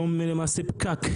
ויש היום למעשה פקק,